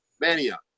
Mania